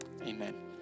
amen